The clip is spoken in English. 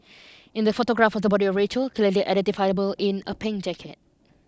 in the photograph of the body of Rachel clearly identifiable in a pink jacket